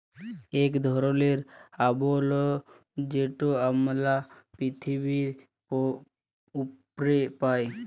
ইক ধরলের আবরল যেট আমরা পিথিবীর উপ্রে পাই